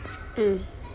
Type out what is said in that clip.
mm